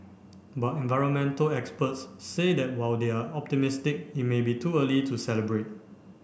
but environmental experts say that while they are optimistic it may be too early to celebrate